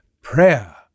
prayer